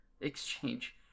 exchange